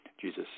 Jesus